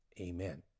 Amen